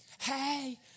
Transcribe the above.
hey